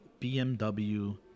BMW